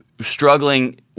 struggling –